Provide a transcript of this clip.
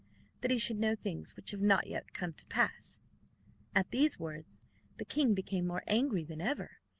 that he should know things which have not yet come to pass at these words the king became more angry than ever.